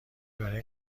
برای